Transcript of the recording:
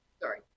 Sorry